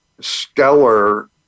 stellar